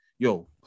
Yo